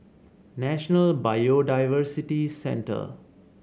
National Biodiversity Centre